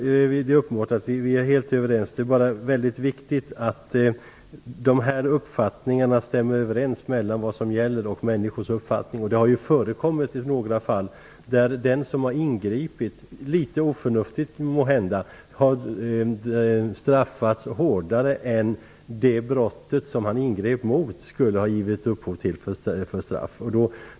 Fru talman! Det är uppenbart att vi är helt överens. Men det är viktigt att dessa uppfattningar stämmer överens med vad som gäller och människors uppfattning. Det har förekommit några fall där den som har ingripit, litet oförnuftigt måhända, har fått ett hårdare straff än vad det brott som han ingrep mot skulle ha givit upphov till.